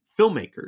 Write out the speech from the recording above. filmmakers